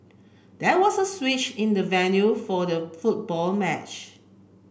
there was a switch in the venue for the football match